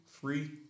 Three